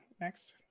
next